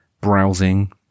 browsing